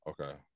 Okay